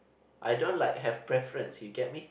I don't like have preference you get me